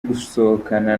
gusohokana